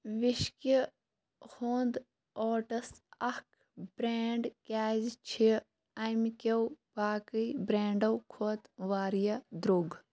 وِشکہِ ہُنٛد اوٹٕس اَکھ برٛینٛڈ کیٛازِ چھِ اَمہِ کیو باقٕے برٛینٛڈو کھۄت واریاہ درٛوٚگ